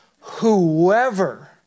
Whoever